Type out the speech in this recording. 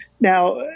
now